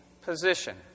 position